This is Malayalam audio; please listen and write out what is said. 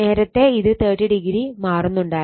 നേരത്തെ ഇത് 30o മാറുന്നുണ്ടായിരുന്നു